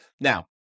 Now